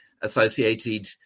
associated